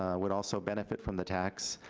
ah would also benefit from the tax.